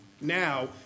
now